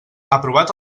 aprovat